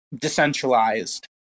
decentralized